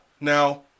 Now